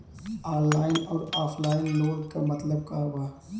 Online अउर offline loan क मतलब का बा?